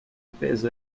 peso